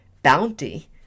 bounty